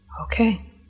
Okay